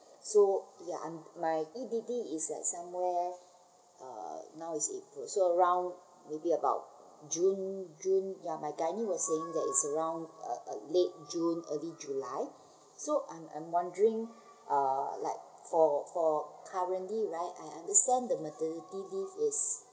so ya I'm my E_D_D is like somewhere err now is aprii so around maybe about june june ya my were saying that is around uh err late june early july so I'm I'm wondering uh like for for currently right I understand the maternity leave is